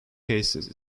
cases